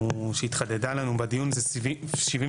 שהתחדדה לנו בדיון זה 78כח,